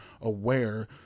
aware